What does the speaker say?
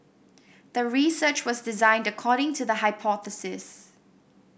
the research was designed according to the hypothesis